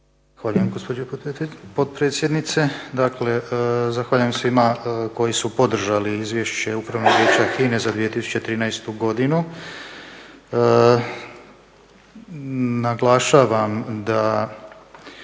Zahvaljujem gospođo potpredsjednice. Dakle, zahvaljujem svima koji su podržali Izvješće Upravnog vijeća HINA-e za 2013. godinu. Naglašavam da